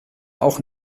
auch